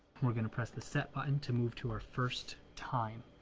we're gonna press the set button to move to our first time.